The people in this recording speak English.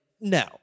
no